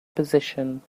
position